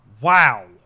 Wow